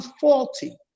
faulty